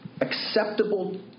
acceptable